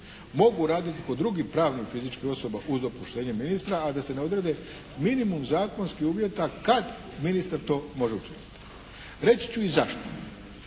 mogu raditi kod drugih pravnih i fizičkih osoba uz dopuštenje ministra, a da se ne odrede minimum zakonski uvjeti kad ministar to može učiniti. Reći ću i zašto.